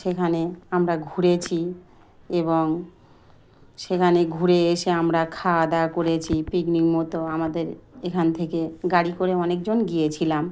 সেখানে আমরা ঘুরেছি এবং সেখানে ঘুরে এসে আমরা খাওয়া দাওয়া করেছি পিকনিক মতো আমাদের এখান থেকে গাড়ি করে অনেকজন গিয়েছিলাম